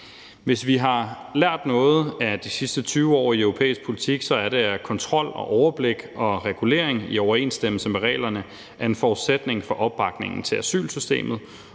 Hvis vi har lært noget af de sidste 20 år i europæisk politik, er det, at kontrol, overblik og regulering i overensstemmelse med reglerne er en forudsætning for opbakningen til asylsystemet